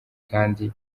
kandi